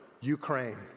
Ukraine